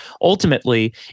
ultimately